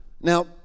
Now